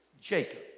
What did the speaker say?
Jacob